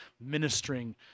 ministering